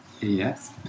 Yes